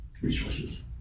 resources